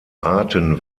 arten